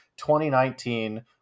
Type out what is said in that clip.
2019